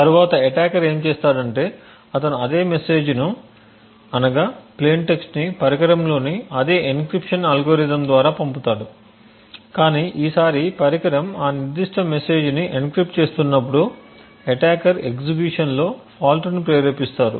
తరువాత అటాకర్ ఏమి చేస్తాడంటే అతను అదే మెసేజ్ను అనగా అదే ప్లేయిన్ టెక్స్ట్ని పరికరంలోని అదే ఎన్క్రిప్షన్ అల్గోరిథంద్వారా పంపుతాడు కాని ఈసారి పరికరం ఆ నిర్దిష్ట మెసేజ్ ని ఎన్క్రిప్టు చేస్తున్నప్పుడు అటాకర్ ఎగ్జిక్యూషన్లో ఫాల్ట్ను ప్రేరేపిస్తాడు